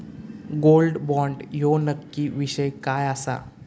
Gold bond ह्यो नक्की विषय काय आसा?